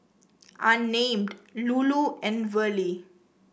Unnamed Lulu and Verlie